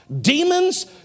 demons